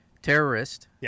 terrorist